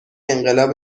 انقلاب